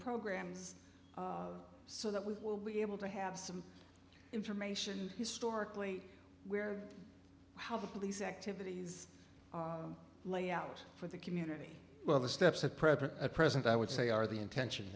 programs so that we will be able to have some information historically where how the police activities lay out for the community well the steps that present a present i would say are the intention